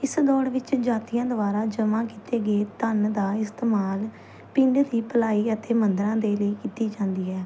ਇਸ ਦੌੜ ਵਿੱਚ ਜਾਤੀਆਂ ਦੁਆਰਾ ਜਮਾਂ ਕੀਤੇ ਗਏ ਧਨ ਦਾ ਇਸਤੇਮਾਲ ਪਿੰਡ ਦੀ ਭਲਾਈ ਅਤੇ ਮੰਦਰਾਂ ਦੇ ਲਈ ਕੀਤੀ ਜਾਂਦੀ ਹੈ